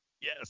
Yes